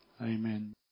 Amen